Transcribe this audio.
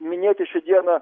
minėti šią dieną